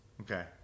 Okay